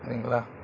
சரிங்களா